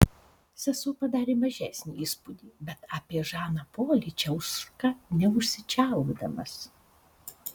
sesuo padarė mažesnį įspūdį bet apie žaną polį čiauška neužsičiaupdamas